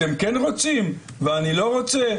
אתם כן רוצים ואני לא רוצה?